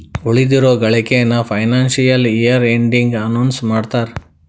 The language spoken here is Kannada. ಉಳಿದಿರೋ ಗಳಿಕೆನ ಫೈನಾನ್ಸಿಯಲ್ ಇಯರ್ ಎಂಡಿಗೆ ಅನೌನ್ಸ್ ಮಾಡ್ತಾರಾ